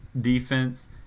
defense